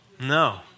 No